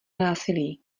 násilí